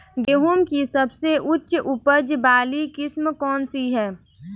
गेहूँ की सबसे उच्च उपज बाली किस्म कौनसी है?